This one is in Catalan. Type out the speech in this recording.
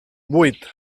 vuit